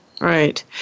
Right